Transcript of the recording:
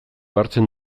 hartzen